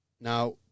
now